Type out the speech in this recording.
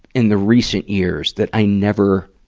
in the recent years that i never,